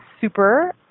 super